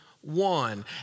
one